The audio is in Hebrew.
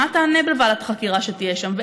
מה תענה בוועדת החקירה שתהיה שם?